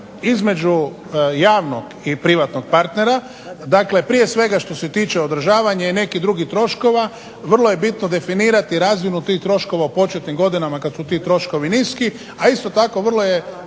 između javnog i privatnog partnera, prije svega što se tiče održavanja i nekih drugih troškova, vrlo je bitno definirati razinu tih troškova u početnim godinama kada su ti troškovi niski, a isto tako vrlo je